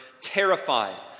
terrified